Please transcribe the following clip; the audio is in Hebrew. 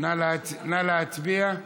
נא להצביע.